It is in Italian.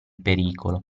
pericolo